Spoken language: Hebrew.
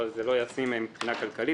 אבל זה לא ישים מבחינה כלכלית